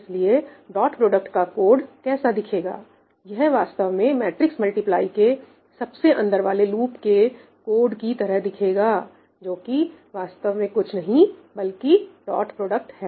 इसलिए dot product का code कैसा दिखेगा यह वास्तव में मैट्रिक्स मल्टीप्लाई के सबसे अंदर वाले लूप के कोड की तरह दिखेगा जो कि वास्तव में कुछ नहीं बल्कि डॉट प्रोडक्ट है